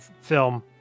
film